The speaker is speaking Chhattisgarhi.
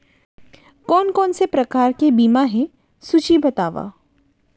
कोन कोन से प्रकार के बीमा हे सूची बतावव?